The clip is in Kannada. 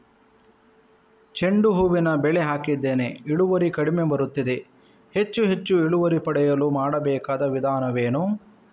ಚೆಂಡು ಹೂವಿನ ಬೆಳೆ ಹಾಕಿದ್ದೇನೆ, ಇಳುವರಿ ಕಡಿಮೆ ಬರುತ್ತಿದೆ, ಹೆಚ್ಚು ಹೆಚ್ಚು ಇಳುವರಿ ಪಡೆಯಲು ಮಾಡಬೇಕಾದ ವಿಧಾನವೇನು?